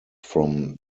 from